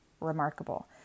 remarkable